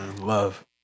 Love